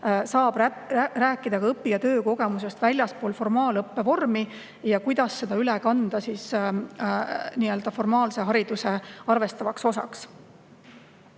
saab rääkida ka õpi- ja töökogemusest väljaspool formaalõppevormi, ja kuidas seda üle kanda formaalse hariduse arvestatavaks osaks.